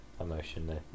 emotionally